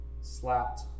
slapped